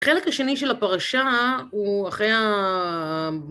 חלק השני של הפרשה הוא אחרי ה...